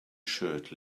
shirt